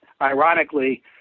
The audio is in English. ironically